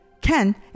Ken